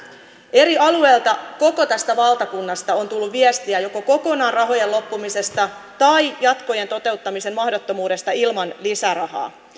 eri alueilta koko tästä valtakunnasta on tullut viestiä joko rahojen loppumisesta kokonaan tai jatkojen toteuttamisen mahdottomuudesta ilman lisärahaa